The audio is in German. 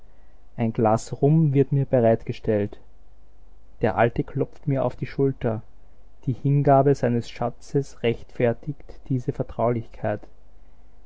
ein glas rum wird mir bereitgestellt der alte klopft mir auf die schulter die hingabe seines schatzes rechtfertigt diese vertraulichkeit